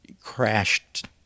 crashed